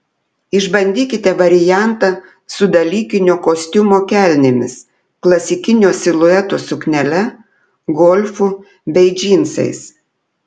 išbandykite variantą su dalykinio kostiumo kelnėmis klasikinio silueto suknele golfu bei džinsais